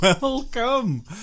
welcome